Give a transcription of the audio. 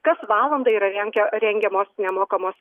kas valandą yra renkia rengiamos nemokamos